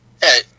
Hey